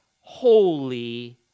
holy